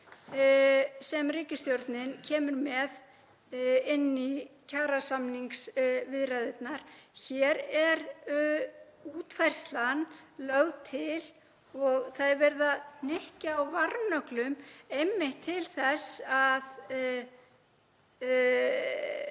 sem ríkisstjórnin kemur með inn í kjarasamningsviðræðurnar. Hér er útfærslan lögð til og það er verið að hnykkja á varnöglum einmitt til þess að